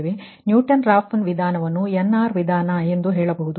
Newton Raphson ವಿಧಾನವನ್ನು NR ವಿಧಾನ ಎಂದು ಹೇಳಬಹುದು